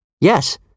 Yes